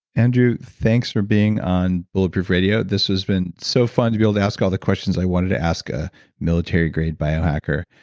andrew, thanks for being on bulletproof radio. this has been so fun to be able to ask all the questions i wanted to ask, ah military grade biohacker,